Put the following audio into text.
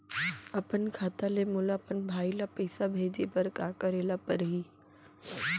अपन खाता ले मोला अपन भाई ल पइसा भेजे बर का करे ल परही?